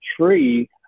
tree